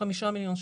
5 מיליון שקלים.